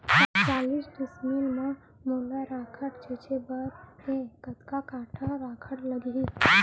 चालीस डिसमिल म मोला राखड़ छिंचे बर हे कतका काठा राखड़ लागही?